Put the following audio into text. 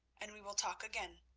and we will talk again.